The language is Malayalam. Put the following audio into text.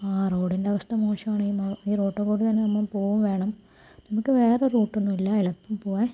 ആഹ് റോഡിൻ്റെ അവസ്ഥ മോശാണ് ഈ റോട്ടീ കൂടെ തന്നെ നമ്മള് പോകും വേണം നമക്ക് വേറെ റൂട്ടൊന്നൂല്ലാ എളുപ്പം പോകാൻ